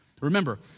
Remember